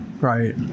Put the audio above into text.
right